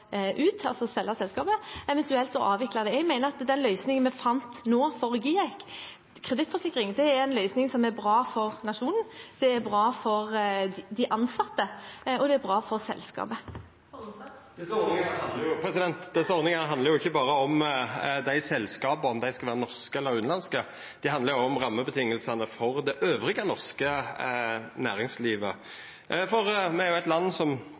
ut, altså selge selskapet, eller eventuelt å avvikle det. Jeg mener at den løsningen vi fant nå for GIEK Kredittforsikring, er en løsning som er bra for nasjonen, bra for de ansatte og bra for selskapet. Det blir oppfølgingsspørsmål – først Geir Pollestad. Desse ordningane handlar jo ikkje berre om dei selskapa, om dei skal vera norske eller utanlandske, det handlar om rammevilkåra for resten av det norske næringslivet. For me er jo eit land som